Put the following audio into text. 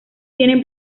tiene